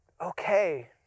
okay